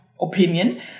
opinion